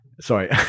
Sorry